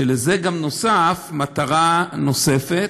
ולהן נוספה מטרה נוספת,